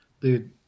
Dude